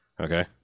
Okay